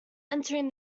entering